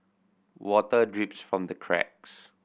water drips from the cracks